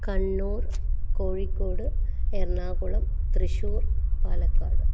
Kannur Kozhikode Ernakulam Thrissur Palakkad